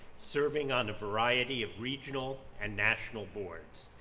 serving on a variety of regional and national boards.